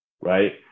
Right